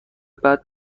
بعد